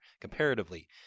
comparatively